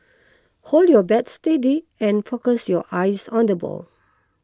hold your bat steady and focus your eyes on the ball